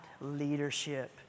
leadership